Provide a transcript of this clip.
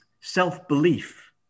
self-belief